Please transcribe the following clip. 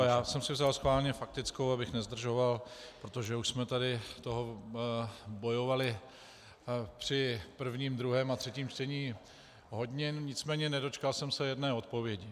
Já jsem vzal schválně faktickou, abych nezdržoval, protože už jsme tady bojovali při prvním, druhém i třetím čtení hodně, nicméně nedočkal jsem se jedné odpovědi.